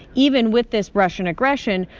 even with this russian aggression,